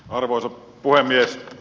arvoisa puhemies